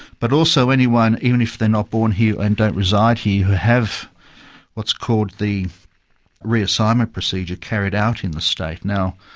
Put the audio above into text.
but also anyone, even if they're not born here and don't reside here who have what's called the reassignment procedure carried out in the state. now,